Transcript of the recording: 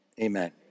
Amen